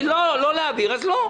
אם לא, לא להעביר אז לא.